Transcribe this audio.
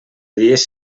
dies